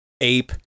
ape